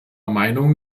meinung